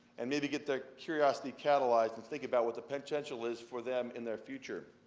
and maybe get their curiosity catalyzed, and think about what the potential is for them in their future.